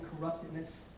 corruptedness